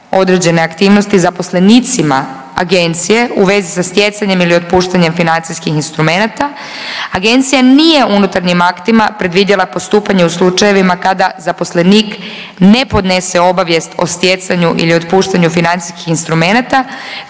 određene aktivnosti zaposlenicima agencije u vezi sa stjecanjem ili otpuštanjem financijskih instrumenata. Agencija nije unutarnjim aktima predvidjela postupanje u slučajevima kada zaposlenik ne podnese obavijest o stjecanju ili otpuštanju financijskih instrumenata,